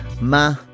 Ma